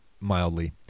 mildly